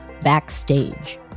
Backstage